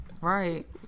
Right